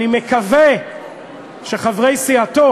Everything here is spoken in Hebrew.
אני מקווה שחברי סיעתו